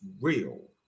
real